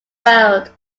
world